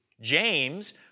James